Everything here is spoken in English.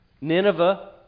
Nineveh